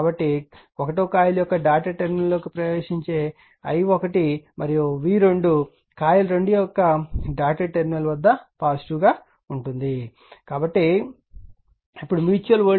కాబట్టి కాయిల్ 1 యొక్క డాటెడ్ టెర్మినల్లోకి ప్రవేశించే i1 మరియు v2 కాయిల్ 2 యొక్క డాటెడ్ టెర్మినల్ వద్ద పాజిటివ్ గా ఉంటుంది ఇప్పుడు మ్యూచువల్ వోల్టేజ్ M di1dt